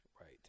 Right